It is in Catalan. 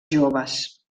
joves